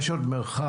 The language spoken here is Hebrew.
יש עוד מרחק.